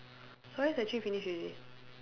stories actually finish ready